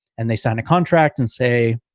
and they sign a contract and say,